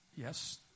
yes